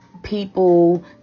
People